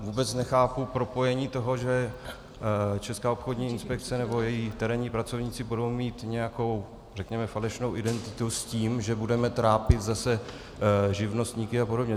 Vůbec nechápu propojení toho, že Česká obchodní inspekce nebo její terénní pracovníci budou mít nějakou řekněme falešnou identitu, s tím, že budeme trápit zase živnostníky a podobně.